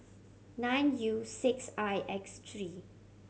nine U six I X three